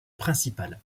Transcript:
principal